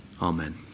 Amen